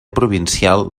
provincial